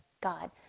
God